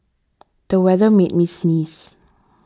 the weather made me sneeze